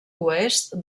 oest